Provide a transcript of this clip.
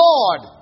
Lord